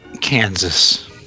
Kansas